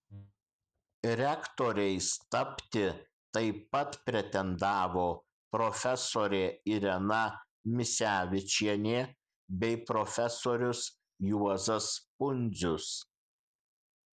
rektoriais tapti taip pat pretendavo profesorė irena misevičienė bei profesorius juozas pundzius